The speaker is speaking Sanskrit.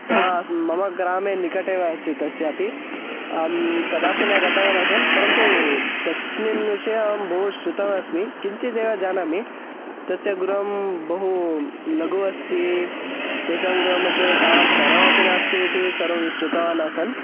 सास् मम ग्रामे निकटे एव अस्ति तस्यापि अहं कदापि न गतवान् आसन् परन्तु तस्मिन् विषये अहं बहु श्रुतवान् अस्मि किञ्चिदेव जानामि तस्य गृहं बहु लघु अस्ति तेषां गृहमध्ये तावत् धनमपि नास्ति इति सर्वं श्रुतवान् आसन्